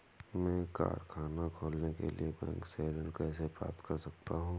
मैं कारखाना खोलने के लिए बैंक से ऋण कैसे प्राप्त कर सकता हूँ?